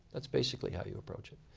that's basically how you approach it.